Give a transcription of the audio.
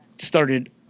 started